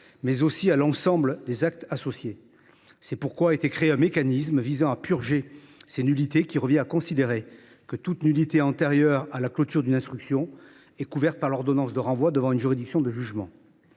mais aussi à l’ensemble des actes associés. C’est pourquoi a été créé un mécanisme visant à purger ces nullités, lequel revient à considérer que toute nullité antérieure à la clôture d’une instruction est couverte par l’ordonnance de renvoi devant une juridiction de jugement.